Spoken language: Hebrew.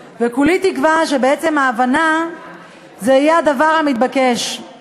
ואז לא ניקלע למצב של הטלת